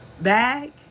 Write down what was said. bag